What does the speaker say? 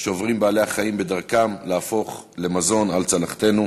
שעוברים בעלי-החיים בדרכם להפוך למזון על צלחתנו.